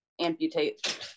amputate